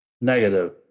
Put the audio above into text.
Negative